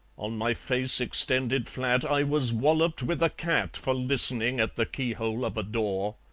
on my face extended flat, i was walloped with a cat for listening at the keyhole of a door.